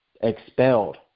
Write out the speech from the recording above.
expelled